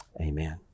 amen